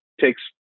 takes